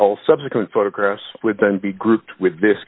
all subsequent photographs with then be grouped with this